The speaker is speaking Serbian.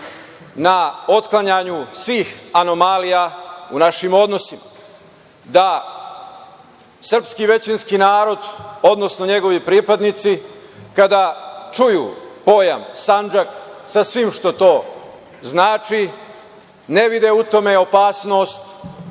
na otklanjanju svih anomalija u našim odnosima, da srpski većinski narod, odnosno njegovi pripadnici kada čuju pojam Sandžak sa svim što to znači, ne vide u tome opasnost